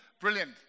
Brilliant